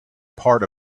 part